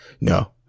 No